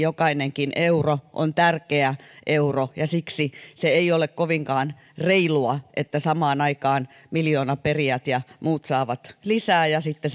jokainen eurokin on tärkeä euro ja siksi se ei ole kovinkaan reilua että samaan aikaan miljoonaperijät ja muut saavat lisää ja sitten